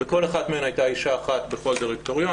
בכל אחת מהן הייתה אישה אחת בכל דירקטוריון.